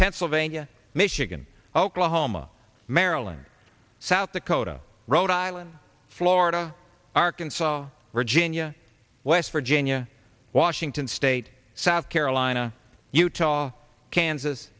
pennsylvania michigan oklahoma maryland south dakota rhode island florida arkansas virginia west virginia washington state south carolina utah kansas